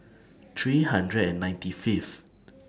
three hundred and ninety Fifth